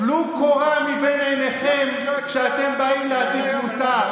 טלו קורה מבין עיניכם כשאתם באים להטיף מוסר.